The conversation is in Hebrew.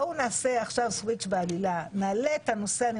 בואו נעשה עכשיו סוויץ' בעלילה, נעלה את הנושא.